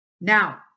Now